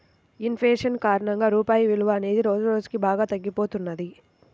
in fashion కారణంగా రూపాయి విలువ అనేది రోజురోజుకీ బాగా తగ్గిపోతున్నది